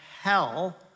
hell